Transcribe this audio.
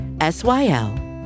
S-Y-L